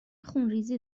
خونریزی